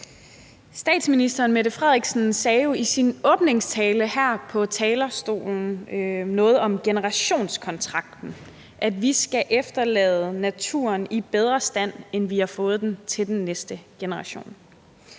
Statsministeren, Mette Frederiksen, sagde jo i sin åbningstale her på talerstolen noget om generationskontrakten, altså at vi skal efterlade naturen i bedre stand, end vi har fået den, til den næste generation.